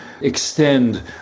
extend